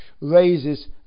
raises